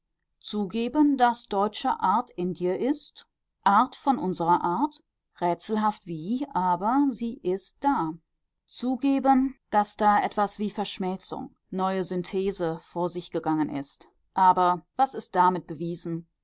zugeben daß deutsche art in dir ist art von unserer art rätselhaft wie aber sie ist da zugeben daß da etwas wie verschmelzung neue synthese vor sich gegangen ist aber was ist damit bewiesen